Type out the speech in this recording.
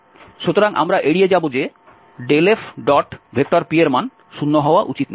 সুতরাং আমরা এড়িয়ে যাব যে ∇fp এর মান 0 হওয়া উচিত নয়